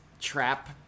Trap